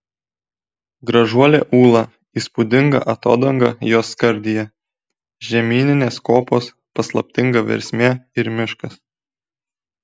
gražuolė ūla įspūdinga atodanga jos skardyje žemyninės kopos paslaptinga versmė ir miškas